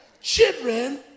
children